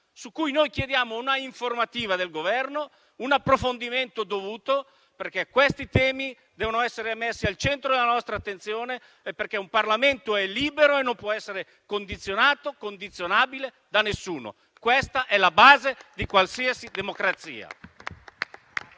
su cui chiediamo un'informativa del Governo, un approfondimento dovuto, perché questi temi devono essere messi al centro della nostra attenzione e perché un Parlamento è libero e non può essere condizionato o condizionabile da nessuno. Questa è la base di qualsiasi democrazia.